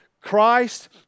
Christ